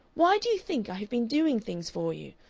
why do you think i have been doing things for you?